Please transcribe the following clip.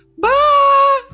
Bye